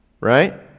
right